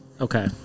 Okay